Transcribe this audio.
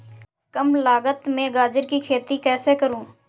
कम लागत में गाजर की खेती कैसे करूँ?